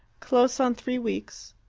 close on three weeks.